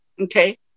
Okay